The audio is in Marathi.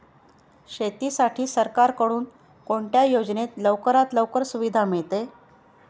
शेतीसाठी सरकारकडून कोणत्या योजनेत लवकरात लवकर सुविधा मिळते?